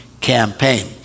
campaign